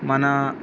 మన